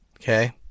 Okay